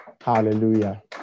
Hallelujah